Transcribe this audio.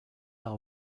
are